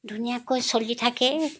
ধুনীয়াকৈ চলি থাকে